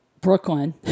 Brooklyn